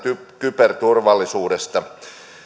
kyberturvallisuudesta täällä